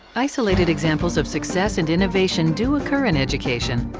isolated examples of success and innovation do occur in education,